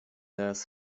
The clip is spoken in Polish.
das